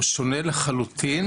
הוא שונה מאחרים.